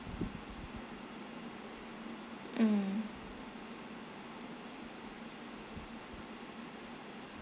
mm